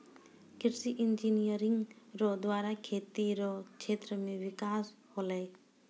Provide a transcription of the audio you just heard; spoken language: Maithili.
कृषि इंजीनियरिंग रो द्वारा खेती रो क्षेत्र मे बिकास होलै